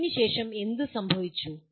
അതിനുശേഷം എന്ത് സംഭവിച്ചു